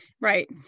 Right